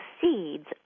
seeds